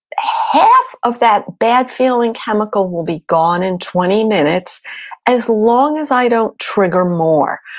half of that bad feeling chemical will be gone in twenty minutes as long as i don't trigger more.